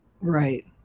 Right